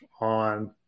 on